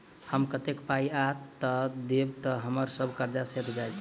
हम कतेक पाई आ दऽ देब तऽ हम्मर सब कर्जा सैध जाइत?